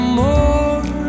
more